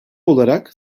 olarak